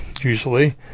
usually